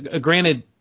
Granted